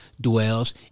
dwells